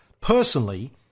personally